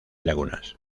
lagunas